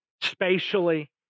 spatially